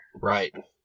right